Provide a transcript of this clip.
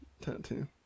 tattoo